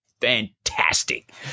fantastic